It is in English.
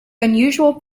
unusual